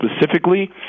specifically